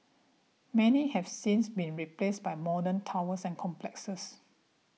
many have since been replaced by modern towers and complexes